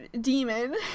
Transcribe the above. demon